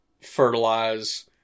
fertilize